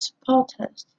supporters